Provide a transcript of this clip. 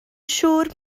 siŵr